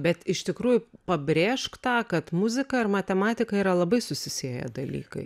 bet iš tikrųjų pabrėžk tą kad muzika ir matematika yra labai susisieję dalykai